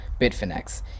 Bitfinex